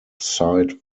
site